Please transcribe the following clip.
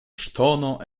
ŝtono